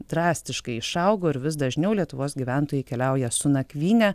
drastiškai išaugo ir vis dažniau lietuvos gyventojai keliauja su nakvyne